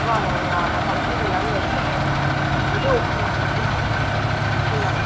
வாங்க வந்து நான் கலெக்ஷன்ஸ் எல்லாமே எடுக்கிறேன் எது ஓகேன்னு சொல்லுங்கள் நம்ம பார்க்கலாம் இந்தாங்கள் மேம்